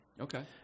okay